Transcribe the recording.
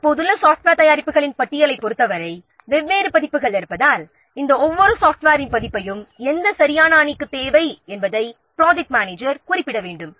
தற்போதுள்ள சாஃப்ட்வேர் தயாரிப்புகளின் பட்டியலைப் பொறுத்தவரை வெவ்வேறு பதிப்புகள் இருப்பதால் ஒவ்வொரு சாஃப்ட்வேரின் பதிப்பையும் எந்த அணிக்குத் தேவை என்பதை ப்ராஜெக்ட் மேனேஜர் குறிப்பிட வேண்டும்